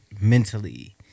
mentally